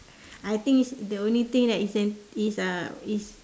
I think is the only thing that is sens~ is uh